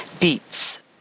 Beets